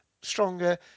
Stronger